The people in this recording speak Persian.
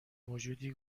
موجودی